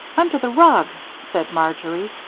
under the rug, said marjory,